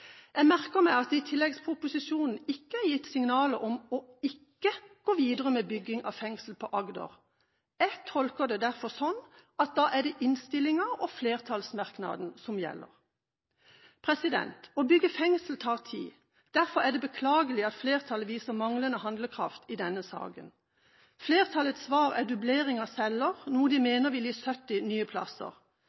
Jeg merker meg at det i tilleggsproposisjonen ikke er gitt signaler om ikke å gå videre med bygging av fengsel i Agder. Jeg tolker det derfor sånn at det da er innstillingen og flertallsmerknaden som gjelder. Å bygge fengsel tar tid. Derfor er det beklagelig at flertallet viser manglende handlekraft i denne saken. Flertallets svar er dublering av celler, noe de mener vil gi 70 nye plasser.